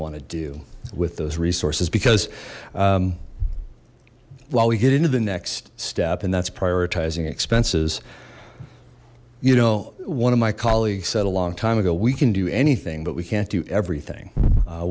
want to do with those resources because while we get into the next step and that's prioritizing expenses you know one of my colleagues said a long time ago we can do anything but we can't do everything